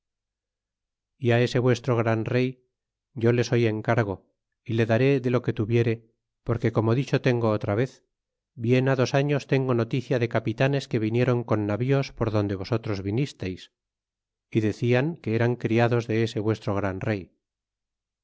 ese vuestro gran rey yo le soy en cargo y le daré de lo que tuviere porque como dicho tengo otra vez bien ha dos años tengo noticia de capitanes que vinieron con navíos por donde vosotros vinisteis y decian que eran criados de ese vuestro gran rey